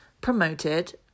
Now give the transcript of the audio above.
promoted